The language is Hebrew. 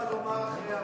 עמיר?